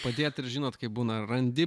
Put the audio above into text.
padėt ir žinot kaip būna randi